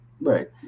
Right